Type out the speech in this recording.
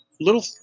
little